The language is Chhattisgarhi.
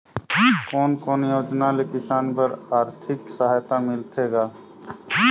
कोन कोन योजना ले किसान बर आरथिक सहायता मिलथे ग?